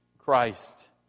Christ